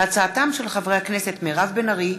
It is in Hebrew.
בהצעתם של חברי הכסת מירב בן ארי,